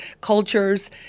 cultures